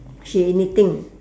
she knitting